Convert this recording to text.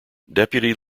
deputy